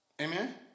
Amen